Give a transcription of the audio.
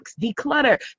declutter